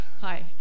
Hi